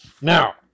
Now